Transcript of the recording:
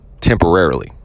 temporarily